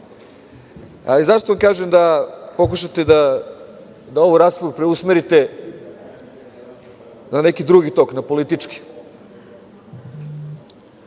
Zašto vam kažem da pokušate da ovu raspravu preusmerite na neki drugi tok, na politički?